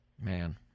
man